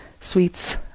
sweets